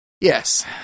Yes